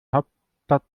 hauptstadt